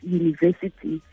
university